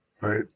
right